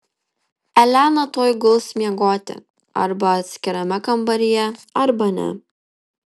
elena tuoj guls miegoti arba atskirame kambaryje arba ne